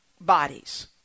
bodies